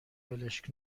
ولش